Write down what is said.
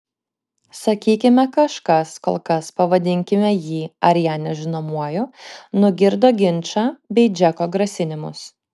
sakykime kažkas kol kas pavadinkime jį ar ją nežinomuoju nugirdo ginčą bei džeko grasinimus